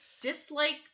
dislike